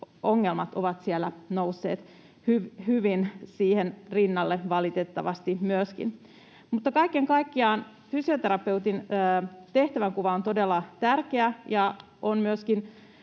valitettavasti hyvin siihen rinnalle. Kaiken kaikkiaan fysioterapeutin tehtävänkuva on todella tärkeä, ja on myöskin